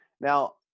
Now